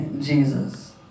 Jesus